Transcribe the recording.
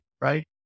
right